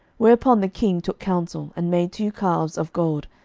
whereupon the king took counsel, and made two calves of gold,